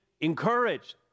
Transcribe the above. encouraged